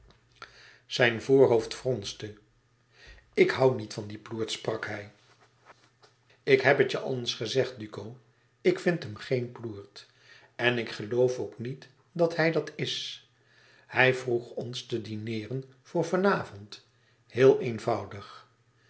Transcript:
zijn voorhoofd fronste ik hoû niet van dien ploert sprak hij ik heb het je al eens gezegd duco ik vind hem geen ploert en ik geloof ook niet dat hij dat is hij vroeg ons te dineeren voor van avond heel eenvoudig